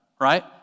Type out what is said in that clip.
right